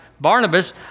Barnabas